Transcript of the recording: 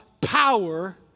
power